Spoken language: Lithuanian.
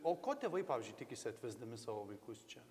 o ko tėvai pavyzdžiui tikisi atvesdami savo vaikus čia